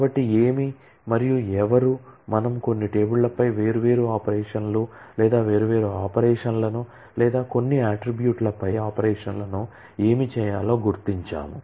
కాబట్టి ఏమి మరియు ఎవరు మనము కొన్ని టేబుళ్లపై వేర్వేరు ఆపరేషన్లు లేదా వేర్వేరు ఆపరేషన్లను లేదా కొన్ని అట్ట్రిబ్యూట్స్లపై ఆపరేషన్లను ఏమి చేయాలో గుర్తించాము